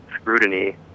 scrutiny